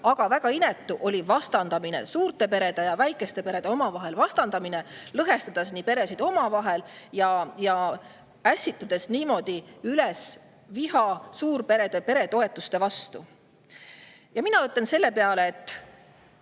aga väga inetu oli vastandamine, suurte perede ja väikeste perede vastandamine, lõhestades peresid omavahel ja ässitades niimoodi üles viha suurperede peretoetuste vastu. Mina ütlen selle peale, et